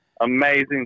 amazing